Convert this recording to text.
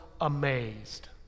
amazed